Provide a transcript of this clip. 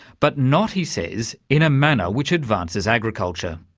but not, he says, in a manner which advances agriculture.